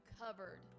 covered